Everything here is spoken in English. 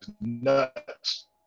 nuts